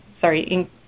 sorry